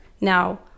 Now